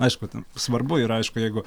aišku ten svarbu ir aišku jeigu